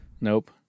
Nope